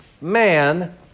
man